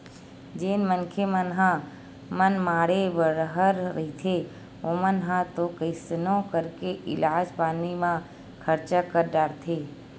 जेन मनखे मन ह मनमाड़े बड़हर रहिथे ओमन ह तो कइसनो करके इलाज पानी म खरचा कर डारथे